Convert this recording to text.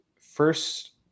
first